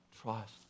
trust